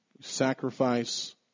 sacrifice